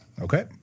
Okay